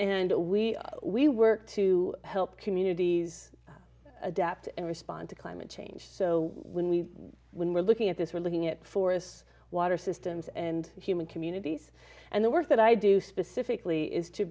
and we we work to help communities adapt and respond to climate change so when we when we're looking at this we're looking at forests water systems and human communities and the work that i do specifically is to